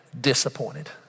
disappointed